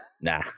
nah